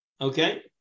okay